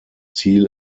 ziel